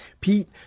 Pete